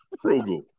Frugal